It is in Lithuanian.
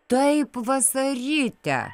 taip vasaryte